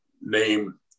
name